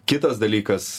kitas dalykas